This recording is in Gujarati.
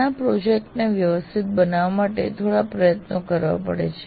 નાના પ્રોજેક્ટ ને વ્યવસ્થિત બનાવવા માટે થોડા પ્રયત્ન કરવા પડે છે